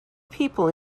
people